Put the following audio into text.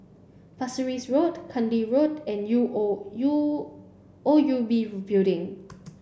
Pasir Ris Road Kandi Road and U O U O U B Building